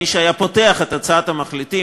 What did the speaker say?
מי שהיה פותח את הצעת המחליטים,